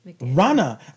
Rana